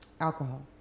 alcohol